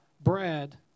Brad